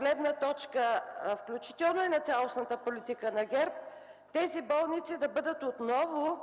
гледна точка, включително и на цялостната политика на ГЕРБ, тези болници да бъдат отново